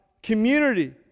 community